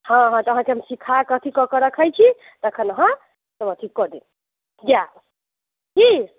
हँ हँ तऽ अहाँकेँ हम सीखाकऽ अथी कऽ के रखैत छी तखन अहाँ सब अथी कऽ देब गायब ठीक